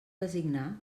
designar